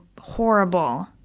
horrible